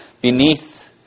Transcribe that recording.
beneath